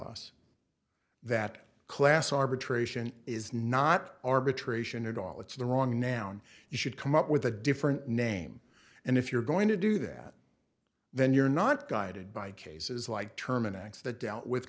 us that class arbitration is not arbitration at all it's the wrong noun you should come up with a different name and if you're going to do that then you're not guided by cases like terman x that dealt with